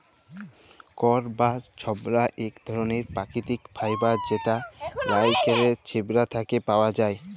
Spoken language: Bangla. কইর বা ছবড়া ইক ধরলের পাকিতিক ফাইবার যেট লাইড়কেলের ছিবড়া থ্যাকে পাউয়া যায়